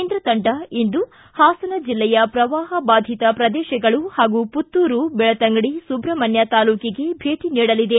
ಕೇಂದ್ರ ತಂಡ ಇಂದು ಹಾಸನ ಜಿಲ್ಲೆಯ ಪ್ರವಾಹ ಬಾಧಿತ ಪ್ರದೇಶಗಳು ಹಾಗೂ ಪುತ್ತೂರು ಬೆಳತಂಗಡಿ ಸುಬ್ರಮನ್ಯಾ ತಾಲೂಕಿಗೆ ಭೇಟಿ ನೀಡಲಿದೆ